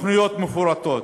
התוכניות המפורטות.